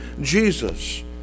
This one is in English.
Jesus